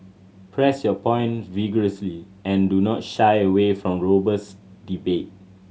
press your point vigorously and do not shy away from robust debate